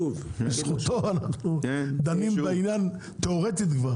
בזכותו אנחנו דנים בעניין תאורטית.